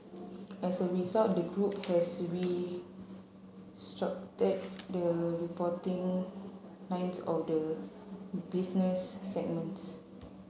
as a result the group has the reporting lines of the business segments